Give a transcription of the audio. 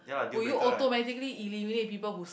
would you automatically eliminate people who s~